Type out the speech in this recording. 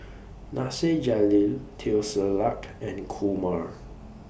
Nasir Jalil Teo Ser Luck and Kumar